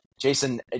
Jason